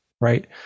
right